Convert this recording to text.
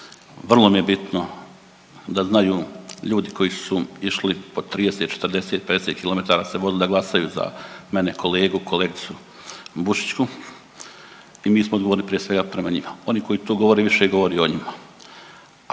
vrlo mi je bitno da znaju ljudi koji su išli po 30, 40, 50 km se vozili da glasaju za mene, kolegu, kolegicu Bušićku. I mi smo odgovorni prije svega prema njima. Oni koji to govore više govori o njima.